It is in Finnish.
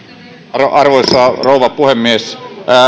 arvoisa rouva puhemies